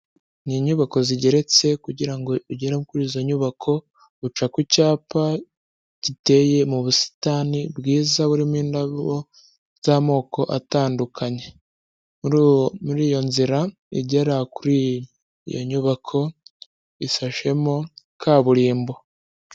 Ni inyubako zigeretse, kugira ngo ugere kuri izo nyubako uca ku cyapa giteye mu busitani bwiza burimo indabo z'amoko atandukanye. Muri iyo nzira igera kuri iyo nyubako isashemo kaburimbo.